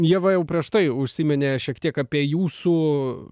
ieva jau prieš tai užsiminė šiek tiek apie jūsų